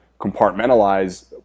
compartmentalize